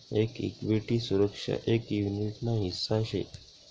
एक इक्विटी सुरक्षा एक युनीट ना हिस्सा शे